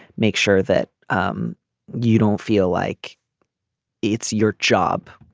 make sure that um you don't feel like it's your job.